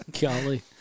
Golly